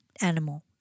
animal